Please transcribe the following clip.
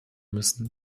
müssen